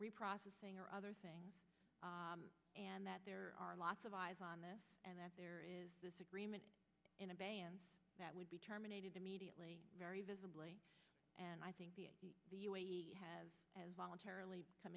reprocessing or other things and that there are lots of eyes on this and that there is this agreement in advance that would be terminated immediately very visibly and i think the u a e has as voluntarily come